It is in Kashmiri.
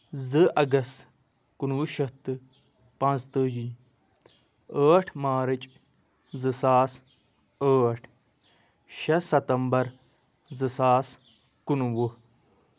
زٕ اَگست کُنوُہ شیٚتھ تہٕ پانٛژھ تٲجی ٲٹھ مارٕچ زٕ ساس ٲٹھ شےٚ سٮ۪تَمبر زٕ ساس کُنوُہ